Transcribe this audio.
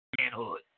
manhood